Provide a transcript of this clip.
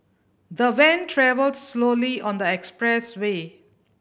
the van travelled slowly on the expressway